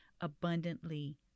abundantly